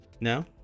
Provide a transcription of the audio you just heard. No